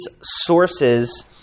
sources